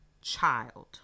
child